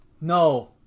No